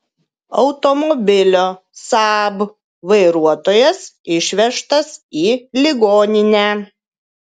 automobilio saab vairuotojas išvežtas į ligoninę